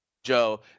Joe